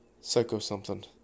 Psycho-something